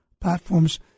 platforms